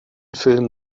film